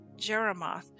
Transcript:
Jeremoth